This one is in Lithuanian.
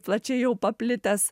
plačiai jau paplitęs